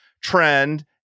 trend